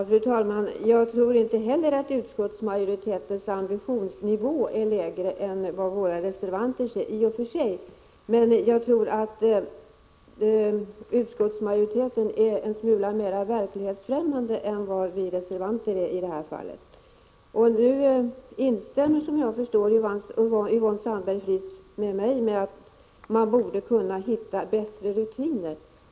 Fru talman! Jag tror i och för sig inte att utskottsmajoritetens ambitionsnivå är lägre än reservanternas, men jag tror att utskottsmajoriteten är en aning mer verklighetsfrämmande än vad vi reservanter är i detta fall. Efter vad jag förstår instämmer nu Yvonne Sandberg-Fries med mig om att man borde kunna hitta bättre rutiner.